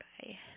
Bye